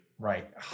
Right